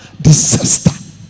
disaster